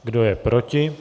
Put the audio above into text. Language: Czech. Kdo je proti?